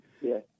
Yes